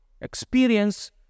experience